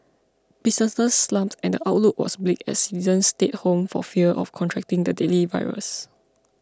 businesses slumped and the outlook was bleak as citizens stayed home for fear of contracting the deadly virus